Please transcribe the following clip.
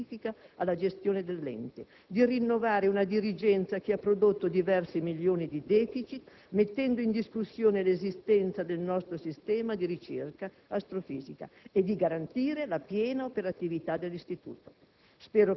scientifica alla gestione dell'ente, di rinnovare una dirigenza che ha prodotto diversi milioni di *deficit*, mettendo in discussione l'esistenza del nostro sistema di ricerca astrofisica, e di garantire la piena operatività dell'istituto.